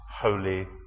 holy